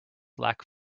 lack